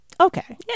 okay